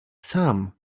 sam